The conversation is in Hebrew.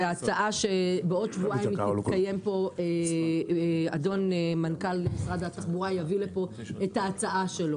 הצעה שבעוד שבועיים מנכ"ל משרד התחבורה יביא לפה את ההצעה שלו.